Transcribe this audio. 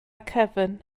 cefn